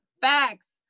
Facts